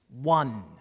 one